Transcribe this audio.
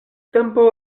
tempo